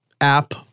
app